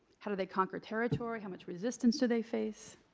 how do they conquer territory? how much resistance do they face?